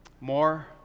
more